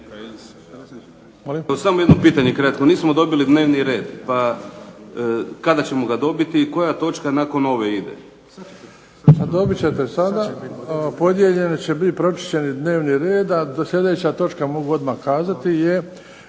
Samo jedno pitanje kratko. Nismo dobili dnevni red pa kada ćemo ga dobiti, koja točka nakon ove ide. **Bebić, Luka (HDZ)** Dobit ćete sada. Podijeljen će biti pročišćeni dnevni red, a sljedeća točka mogu odmah kazati je